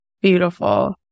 beautiful